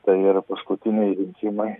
tai yra paskutiniai rinkimai